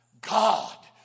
god